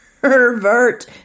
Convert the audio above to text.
pervert